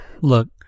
Look